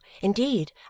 INDEED